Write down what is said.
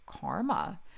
karma